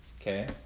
okay